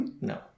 no